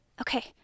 Okay